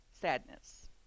sadness